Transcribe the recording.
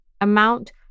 amount